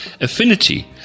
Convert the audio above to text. Affinity